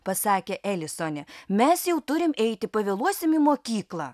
pasakė elisonė mes jau turim eiti pavėluosim į mokyklą